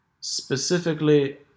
Specifically